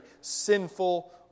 sinful